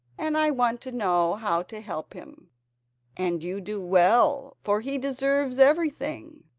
and i want to know how to help him and you do well, for he deserves everything.